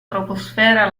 troposfera